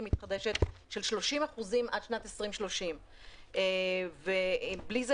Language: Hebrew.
מתחדשת של 30% עד שנת 2030. בלי זה,